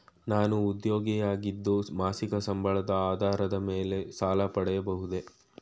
ನಾನು ಉದ್ಯೋಗಿ ಆಗಿದ್ದು ಮಾಸಿಕ ಸಂಬಳದ ಆಧಾರದ ಮೇಲೆ ಸಾಲ ಪಡೆಯಬಹುದೇ?